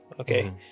Okay